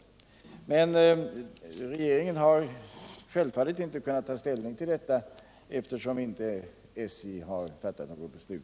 Men regeringen har självfallet inte kunnat ta ställning till dessa framställningar, eftersom SJ ännu inte har fattat något beslut.